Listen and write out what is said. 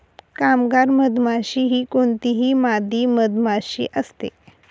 कामगार मधमाशी ही कोणतीही मादी मधमाशी असते